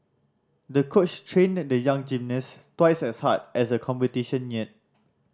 the coach trained the young gymnast twice as hard as the competition neared